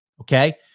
Okay